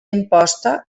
imposta